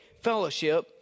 fellowship